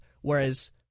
Whereas